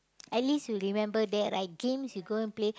at least you remember that right games you go and play